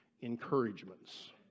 encouragements